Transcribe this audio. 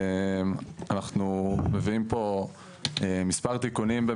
אנחנו מביאים פה מספר תיקונים.